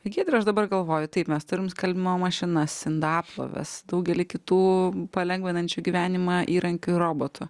giedriau aš dabar galvoju taip mes turim skalbimo mašinas indaploves daugelį kitų palengvinančių gyvenimą įrankių robotų